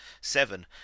seven